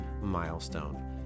milestone